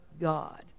God